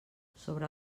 sobre